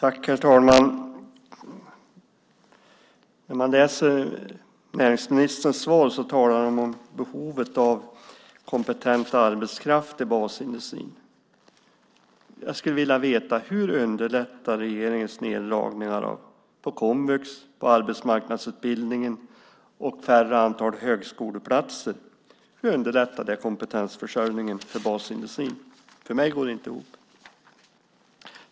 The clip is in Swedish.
Herr talman! När man läser näringsministerns svar ser man att hon talar om behovet av kompetent arbetskraft i basindustrin. Jag skulle vilja veta hur regeringens neddragningar på komvux, på arbetsmarknadsutbildningen och färre högskoleplatser underlättar kompetensförsörjningen för basindustrin. För mig går det inte ihop.